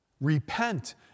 Repent